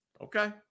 Okay